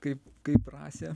kaip kaip rasė